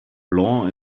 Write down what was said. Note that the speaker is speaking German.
blanc